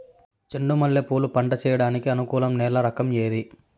చెండు మల్లె పూలు పంట సేయడానికి అనుకూలం నేల రకం ఏది